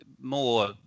more